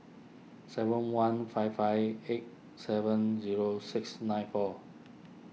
seven one five five eight seven zero six nine four